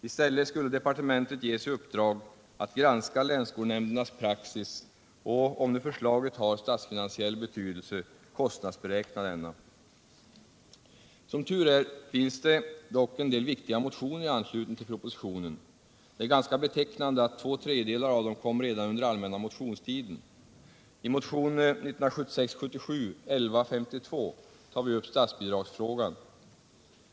I stället skulle departementet ges i uppdrag att granska länsskolnämndernas praxis och — om nu förslaget har statsfinansiell betydelse — kostnadsberäkna denna. Som tur är finns dock en del viktiga motioner i anslutning till propositionen. Det är ganska betecknande att två tredjedelar av dem kom redan under allmänna motionstiden. I motionen 1976/77:1152 tar vi upp statsbidragsfrågan.